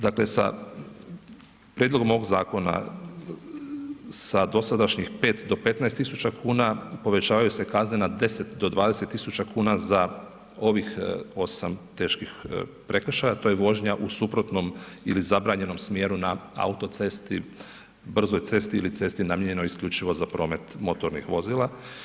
Dakle sa prijedlogom ovog zakona, sa dosadašnjih 5 do 15 tisuća kuna povećavaju se kazne na 10 do 20 tisuća kuna za ovih 8 teških prekršaja a to je vožnja u suprotnom ili zabranjenom smjeru na autocesti, brzoj cesti ili cesti namijenjenoj isključivo za promet motornih vozila.